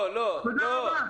תודה רבה.